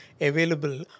available